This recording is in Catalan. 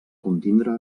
contindre